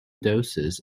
doses